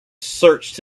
searched